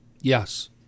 Yes